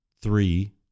Three